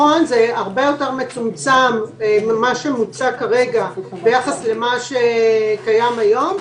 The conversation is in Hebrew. זה הרבה יותר מצומצם ממה שמוצע כרגע ביחס למה שקיים היום.